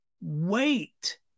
wait